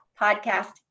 podcast